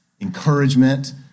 encouragement